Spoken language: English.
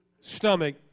stomach